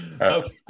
Okay